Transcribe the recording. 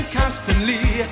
constantly